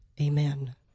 Amen